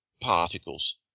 particles